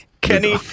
Kenny